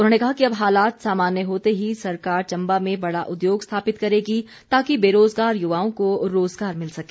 उन्होंने कहा कि अब हालात सामान्य होते ही सरकार चम्बा में बड़ा उद्योग स्थापित करेगी ताकि बेरोजगार युवाओं को रोजगार मिल सके